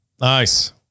Nice